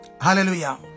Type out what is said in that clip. Hallelujah